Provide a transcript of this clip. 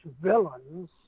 villains